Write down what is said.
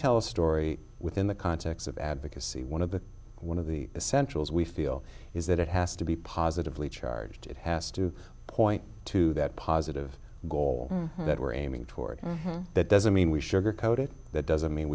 tell a story within the context of advocacy one of the one of the essential as we feel is that it has to be positively charged it has to point to that positive goal that we're aiming toward that doesn't mean we share code it doesn't mean